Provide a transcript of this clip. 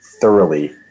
thoroughly